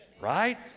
right